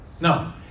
No